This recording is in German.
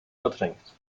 verdrängt